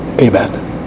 Amen